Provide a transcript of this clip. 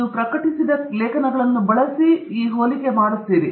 ಮತ್ತು ನೀವು ಪ್ರಕಟಿಸಿದ ಲೇಖನಗಳನ್ನು ಬಳಸಿ ಈ ಹೋಲಿಕೆ ಮಾಡುತ್ತೀರಿ